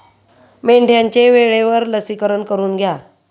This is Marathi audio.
मेंढ्यांचे वेळेवर लसीकरण करून घ्या